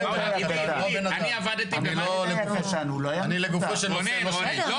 אני עבדתי במד"א -- אני לגופו של נושא -- לא,